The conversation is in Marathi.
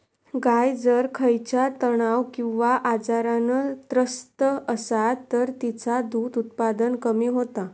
गाय जर खयच्या तणाव किंवा आजारान त्रस्त असात तर तिचा दुध उत्पादन कमी होता